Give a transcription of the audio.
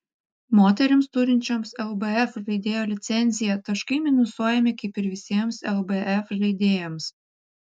moterims turinčioms lbf žaidėjo licenciją taškai minusuojami kaip ir visiems lbf žaidėjams